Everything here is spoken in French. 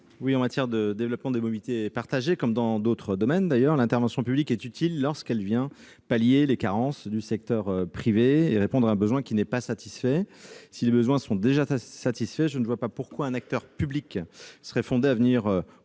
? En matière de développement des mobilités partagées, comme dans d'autres domaines, d'ailleurs, l'intervention publique est utile lorsqu'elle vient pallier les carences du secteur privé et répondre à un besoin qui n'est pas satisfait. Si les besoins sont déjà satisfaits, je ne vois pas en quoi un acteur public serait fondé à venir